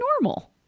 normal